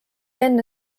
enne